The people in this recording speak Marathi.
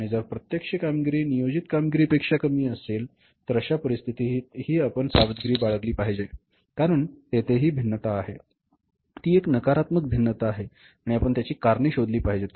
आणि जर प्रत्यक्ष कामगिरी नियोजित कामगिरीपेक्षा कमी असेल तर अशा परिस्थितीतही आपण सावधगिरी बाळगली पाहिजे कारण तेथे ही भिन्नता आहे ती एक नकारात्मक भिन्नता आहे आणि आपण त्याची कारणे शोधली पाहिजेत